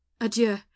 Adieu